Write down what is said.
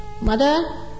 Mother